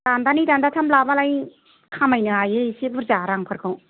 दानदानै दानदाथाम लाबालाय खामायनो हायो एसे बुरजा रांफोरखौ